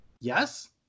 yes